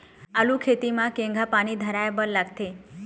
आलू खेती म केघा पानी धराए बर लागथे?